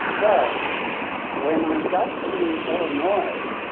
but when i got to illinois,